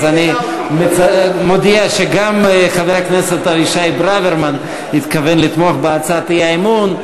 אני מודיע שגם חבר הכנסת אבישי ברוורמן התכוון לתמוך בהצעת האי-אמון.